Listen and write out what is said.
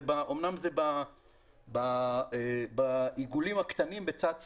אמנם זה בעיגולים הקטנים בצד שמאל,